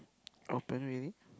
open really